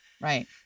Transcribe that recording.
Right